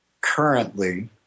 currently